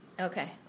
Okay